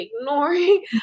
ignoring